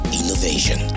innovation